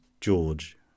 George